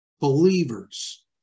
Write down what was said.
Believers